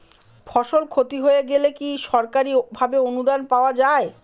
ফসল ক্ষতি হয়ে গেলে কি সরকারি ভাবে অনুদান পাওয়া য়ায়?